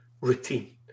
Routine